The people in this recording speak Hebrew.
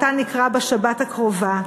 שאותה נקרא בשבת הקרובה,